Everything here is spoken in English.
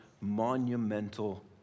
monumental